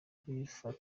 gukoreshwa